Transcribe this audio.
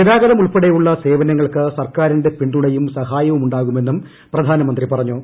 ഗതാഗതം ഉൾപ്പെടെയുള്ള സേവനങ്ങൾക്ക് സർക്കാരിന്റെ പിന്തുണയും സഹായവും ഉണ്ടാകുമെന്നും പ്രധാനമന്ത്രി പറഞ്ഞു